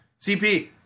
CP